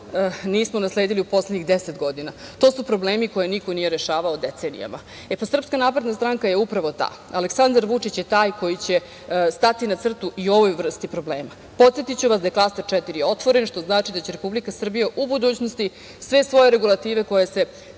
nismo nasledili u poslednjih 10 godina, to su problemi koje niko nije rešavao decenijama. Srpska napredna stranka je upravo ta, Aleksandar Vučić je taj koji će stati na crtu i ovoj vrsti problema. Podsetiću vas da je Klaster 4. otvoren, što znači da će Republika Srbija, u budućnosti sve svoje regulative koje se